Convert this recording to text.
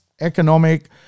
economic